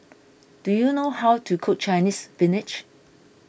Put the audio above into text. do you know how to cook Chinese Spinach